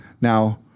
Now